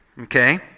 okay